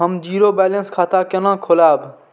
हम zero balance खाता केना खोलाब?